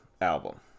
album